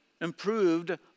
improved